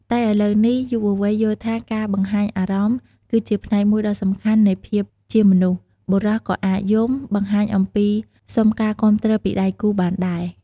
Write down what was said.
តែឥឡូវនេះ យុវវ័យយល់ថាការបង្ហាញអារម្មណ៍ គឺជាផ្នែកមួយដ៏សំខាន់នៃភាពជាមនុស្ស បុរសក៏អាចយំ បង្ហាញអំពីសុំការគាំទ្រពីដៃគូបានដែរ។